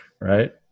right